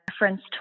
reference